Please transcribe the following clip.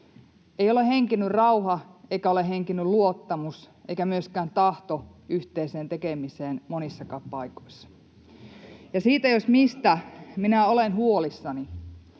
ei ole henkinyt luottamus eikä myöskään tahto yhteiseen tekemiseen monissakaan paikoissa, ja siitä, jos mistä, minä olen huolissani.